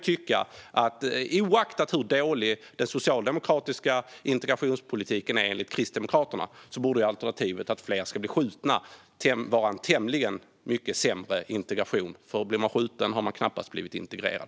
Oavsett hur dålig den socialdemokratiska integrationspolitiken är, enligt Kristdemokraterna, kan jag tycka att alternativet att fler ska bli skjutna borde vara en mycket sämre lösning på integrationsproblemen. Blir man skjuten har man knappast blivit integrerad.